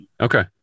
Okay